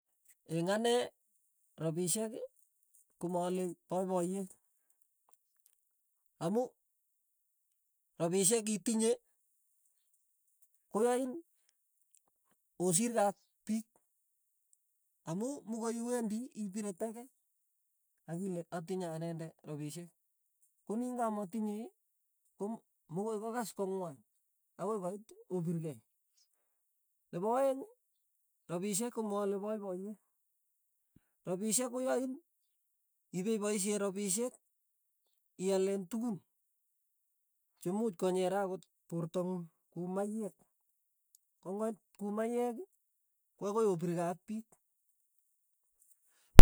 Eng' ane rapishek komaale paipaiyet, amu rapishek itinye koyain osirkei ak pik amu muu koi iwendi ipire tegee akile atinye anendet rapishek, ko nin kamatinyei kom mokoi kokas kong'wan akoi koit opirkei, nepo aeng', rapishek koma ale paipayet, rapishek koyain ipepaishe rapishek iale tukuk che muuch konyere akot porta ng'ung, ku maiyek, ko ng'oit ku maiyek ko akoi opirkei ak pik.